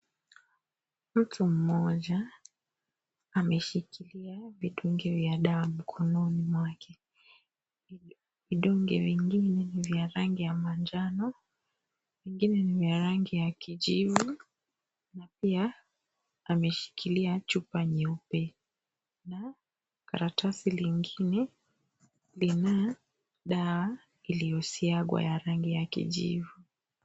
Mtu mmoja ameshikilia vidonge vya dawa mkononi mwake. Vidonge vingine vina rangi ya njano, vingine vina rangi ya kijivu na pia ameshikilia chupa nyeupe na karatasi nyingine lenye dawa iliyosagwa ya rangi ya kijivu.